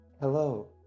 hello